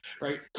right